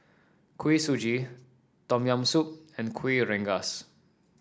Kuih Suji Tom Yam Soup and Kuih Rengas